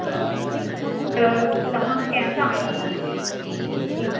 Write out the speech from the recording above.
अच्छा त ता कंहिं सां आया हा जी